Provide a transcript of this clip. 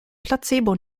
placebo